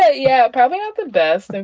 ah yeah. probably not the best and